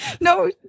No